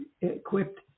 equipped